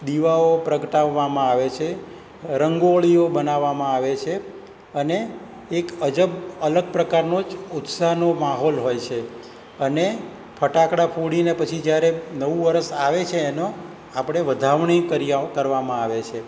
દિવાઓ પ્રગટાવવામાં આવે છે રંગોળીઓ બનાવવામાં આવે છે અને એક અજબ અલગ પ્રકારનો જ ઉત્સાહનો માહોલ હોય છે અને ફટાકડા ફોડીને પછી જ્યારે નવું વરસ આવે છે એનો આપણે વધામણી કરવામાં આવે છે